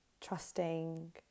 trusting